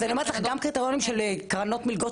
אני מדברת על הקריטריונים של קרנות ומלגות